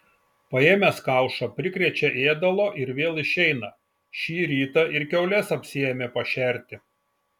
paėmęs kaušą prikrečia ėdalo ir vėl išeina šį rytą ir kiaules apsiėmė pašerti